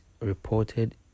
reported